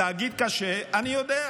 להגיד קשה אני יודע.